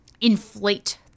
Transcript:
inflate